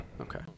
Okay